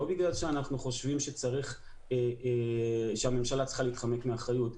לא בגלל שאנחנו חושבים שהממשלה צריכה להתחמק מאחריות.